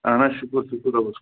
اَہَن حظ شُکُر شُکُر رۄبَس کُن